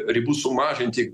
ribų sumažinti